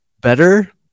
better